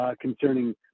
concerning